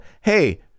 hey